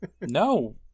No